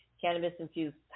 Cannabis-infused